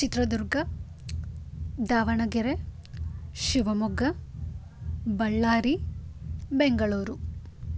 Chitradurga Davanagere Shivamogga Ballari Bengaluru